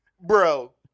bro